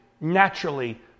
naturally